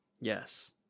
Yes